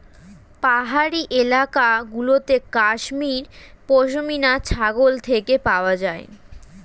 পাহাড়ি এলাকা গুলোতে কাশ্মীর পশমিনা ছাগল থেকে পাওয়া যায়